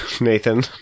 Nathan